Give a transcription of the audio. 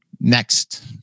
Next